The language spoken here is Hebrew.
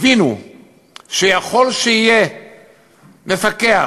הבינו שיכול שיהיה מפקח,